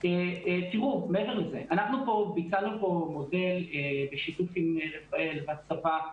אנחנו ביצענו פה מודל בשיתוף עם רפא"ל והצבא,